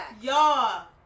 y'all